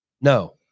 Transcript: no